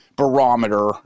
Barometer